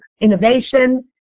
innovation